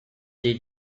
did